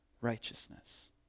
righteousness